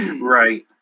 right